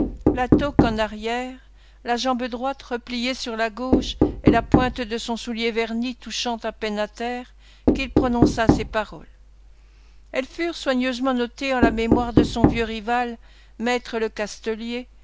la toque en arrière la jambe droite repliée sur la gauche et la pointe de son soulier verni touchant à peine à terre qu'il prononça ces paroles elles furent soigneusement notées en la mémoire de son vieux rival me lecastelier